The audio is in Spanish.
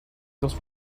dos